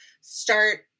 start